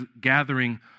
gathering